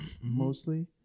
mostly